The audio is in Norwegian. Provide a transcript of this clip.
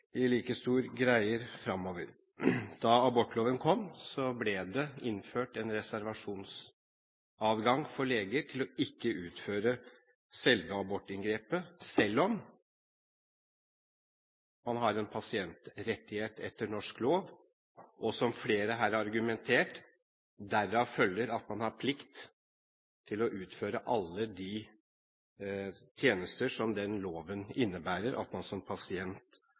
i like stor grad greier fremover. Da abortloven kom, ble det innført en reservasjonsadgang for leger til ikke å utføre selve abortinngrepet, selv om man har en pasientrettighet etter norsk lov, og, som flere her har argumentert, at det derav følger at man har plikt til å utføre alle de tjenester som den loven innebærer at man som pasient